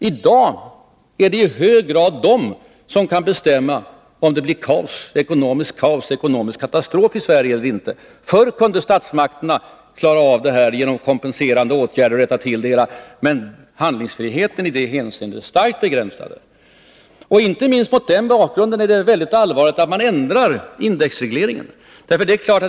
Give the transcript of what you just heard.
I dag är det i hög grad de som kan bestämma om det skall bli ekonomiskt kaos och ekonomisk katastrof i Sverige eller inte. Förr kunde statsmakterna klara av detta genom kompenserande åtgärder och rätta till det hela, men handlingsfriheten i det hänseendet är nu starkt begränsad. Inte minst mot den bakgrunden är det väldigt allvarligt att man ändrar indexregleringen.